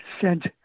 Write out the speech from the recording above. sent